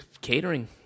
Catering